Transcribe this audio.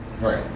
Right